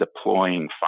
deploying